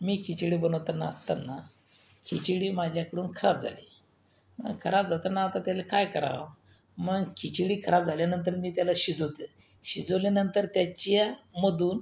मी खिचडी बनवताना असताना खिचडी माझ्याकडून खराब झाली मं खराब जाताना आता त्याले काय कराव मंग खिचडी खराब झाल्यानंतर मी त्याला शिजवते शिजवल्यानंतर त्याच्यामदून